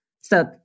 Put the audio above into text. So-